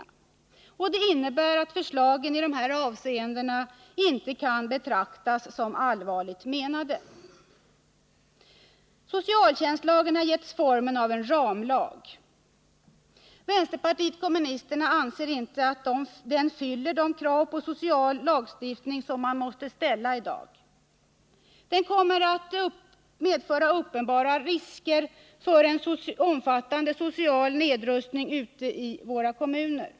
Det innebär att förslagen i dessa avseenden inte kan betraktas som allvarligt menade. Socialtjänstlagen har getts formen av en ramlag. Vänsterpartiet kommunisterna anser inte att den fyller de krav på social lagstiftning som måste ställas i dag. Den kommer att medföra uppenbara risker för en omfattande social nedrustning ute i våra kommuner.